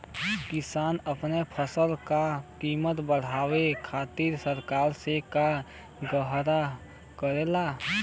किसान अपने फसल क कीमत बढ़ावे खातिर सरकार से का गुहार करेला?